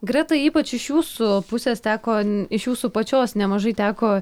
greta ypač iš jūsų pusės teko iš jūsų pačios nemažai teko